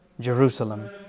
Jerusalem